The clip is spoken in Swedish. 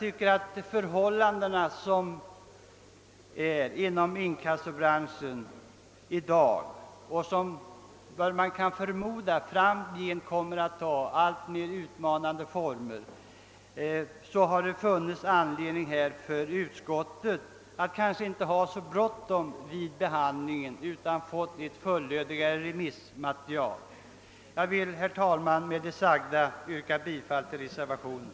De förhållanden som i dag råder inom inkassobranschen och som förmodligen framgent kommer att ta alltmer utmanande former borde ha gett utskottet anledning att inte visa sådan brådska vid behandlingen av motionen, utan vänta tills ett fullödigare remissmaterial förelegat. Med det sagda ber jag, herr talman, att få yrka bifall till reservationen.